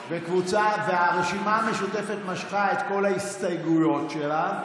והרשימה המשותפת משכה את כל ההסתייגויות שלה.